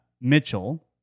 Mitchell